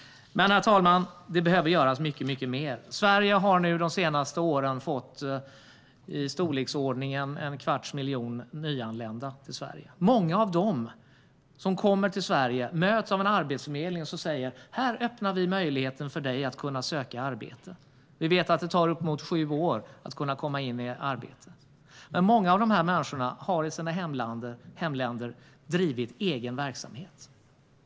Herr talman! Mycket mer behöver dock göras. Sverige har under de senaste åren fått i storleksordningen en kvarts miljon nyanlända. Många av dem möts av en arbetsförmedling som säger: Här öppnar vi möjligheten för dig att söka arbete. Vi vet att det tar uppemot sju år att komma i arbete, men många av dessa människor har drivit egen verksamhet i sina hemländer.